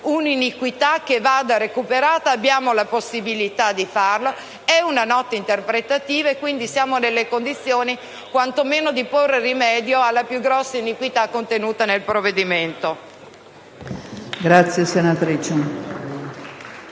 un'iniquità che va recuperata, e abbiamo la possibilità di farlo. È una nota interpretativa, e quindi siamo nelle condizioni quanto meno di porre rimedio alla più grossa iniquità contenuta nel provvedimento.